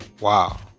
wow